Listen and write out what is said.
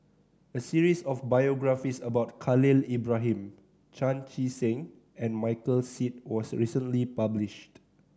a series of biographies about Khalil Ibrahim Chan Chee Seng and Michael Seet was recently published